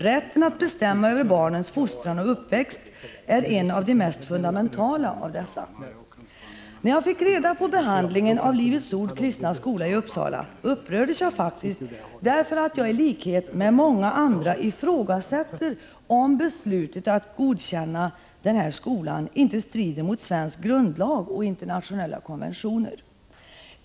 Rätten att bestämma över barnens fostran och uppväxt är en av de mest fundamentala av dessa.” När jag fick reda på behandlingen av Livets ords kristna skola i Uppsala upprördes jag faktiskt, därför att jag i likhet med många andra ifrågasätter om beslutet att vägra godkänna denna skola inte strider mot svensk grundlag och internationella konventioner.